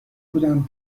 بودم